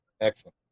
Excellent